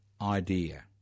idea